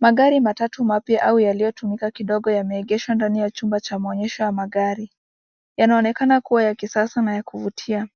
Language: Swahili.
Magari matatu mapya au yaliotummika kidogo yameegeshwa ndani ya chumba cha maonyesho magari. Yanaonekana kuwa ya kisasa na ya kuvutia.